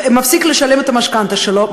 מפסיק לשלם את המשכנתה שלו,